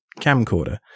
camcorder